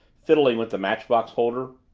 fiddling with the matchbox holder.